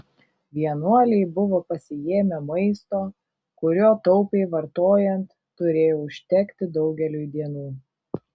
vienuoliai buvo pasiėmę maisto kurio taupiai vartojant turėjo užtekti daugeliui dienų